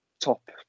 top